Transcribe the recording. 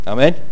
Amen